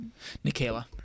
Nikayla